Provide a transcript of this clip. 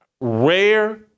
rare